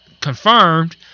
confirmed